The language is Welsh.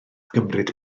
gymryd